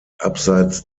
abseits